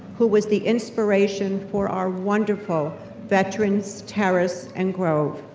who was the inspiration for our wonderful veteran's terrace and grove.